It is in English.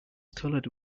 colored